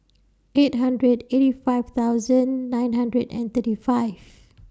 eight hundred eighty five thousand nine hundred and thirty five